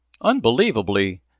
Unbelievably